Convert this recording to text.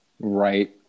right